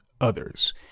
others